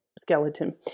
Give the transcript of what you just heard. skeleton